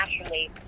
naturally